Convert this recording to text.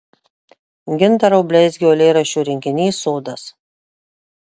gintaro bleizgio eilėraščių rinkinys sodas